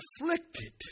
afflicted